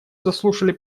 заслушали